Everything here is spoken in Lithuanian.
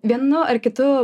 vienu ar kitu